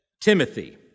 Timothy